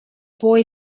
boy